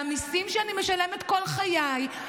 והמיסים שאני משלמת כל חיים,